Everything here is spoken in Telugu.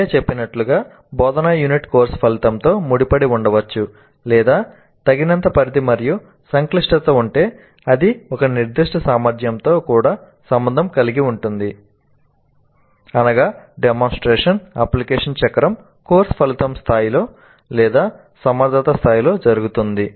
ముందే చెప్పినట్లుగా బోధనా యూనిట్ కోర్సు ఫలితంతో ముడిపడి ఉండవచ్చు లేదా తగినంత పరిధి మరియు సంక్లిష్టత ఉంటే అది ఒక నిర్దిష్ట సామర్థ్యంతో కూడా సంబంధం కలిగి ఉంటుంది అనగా డెమోన్స్ట్రేషన్ అప్లికేషన్ చక్రం కోర్సు ఫలితం స్థాయిలో లేదా సమర్థత స్థాయిలో జరుగుతుంది